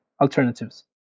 alternatives